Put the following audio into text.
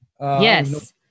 Yes